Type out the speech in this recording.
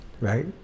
right